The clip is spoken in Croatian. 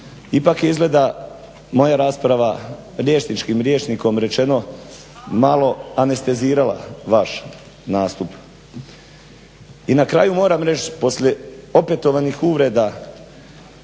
ipak je izgleda moja rasprava liječničkim rječnikom rečeno malo anestezirala vaš nastup. I na kraju moram reći poslije opetovanih uvreda